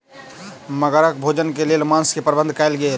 मगरक भोजन के लेल मांस के प्रबंध कयल गेल